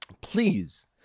Please